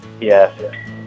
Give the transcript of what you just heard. Yes